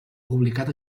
publicat